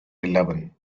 eleven